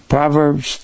Proverbs